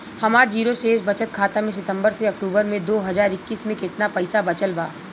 हमार जीरो शेष बचत खाता में सितंबर से अक्तूबर में दो हज़ार इक्कीस में केतना पइसा बचल बा?